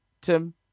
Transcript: Tim